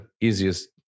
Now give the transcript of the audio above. easiest